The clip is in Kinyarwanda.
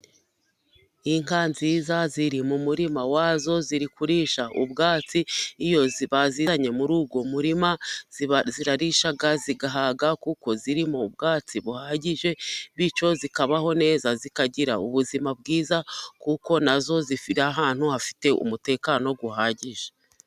Inka nziza ziri mu murima wazo ziri kurisha ubwatsi. Iyo bazizanye muri uwo murima zirarisha zigahaga, kuko ziri mu bwatsi buhagije, bityo zikabaho neza zikagira ubuzima bwiza, kuko na zo ziri ahantu hafite umutekano uhagije.